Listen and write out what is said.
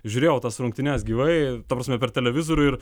žiūrėjau tas rungtynes gyvai ta prasme per televizorių ir